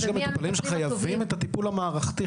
יש גם מטופלים שחייבים את הטיפול המערכתי,